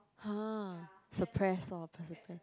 !huh! suppress lor